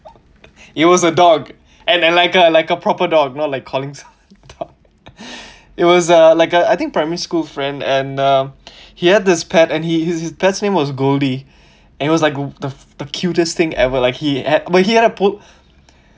it was a dog and then like a like a proper dog not like callings dog it was like uh I think primary school friend and uh he had this pet and his his pet's name was goldie and it was like the the cutest thing ever like he had but he had to put